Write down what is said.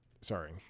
sorry